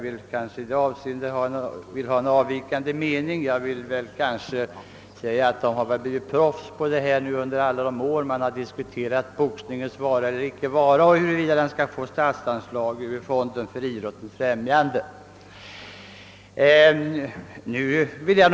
I det avseendet har jag en avvikande mening, ty under alla de år man diskuterat boxningens vara eller icke vara och huruvida boxningssporten skall få statsanslag ur fonden för idrottens främjande har debattörerna utvecklats till proffs.